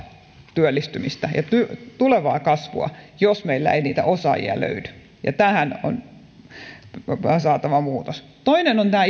työllistymistä ja tulevaa kasvua jos meillä ei niitä osaajia löydy ja tähän on saatava muutos toisena ovat nämä